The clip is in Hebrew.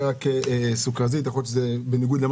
וגם